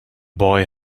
boy